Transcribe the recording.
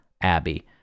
Abby